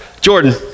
Jordan